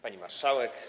Pani Marszałek!